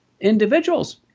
individuals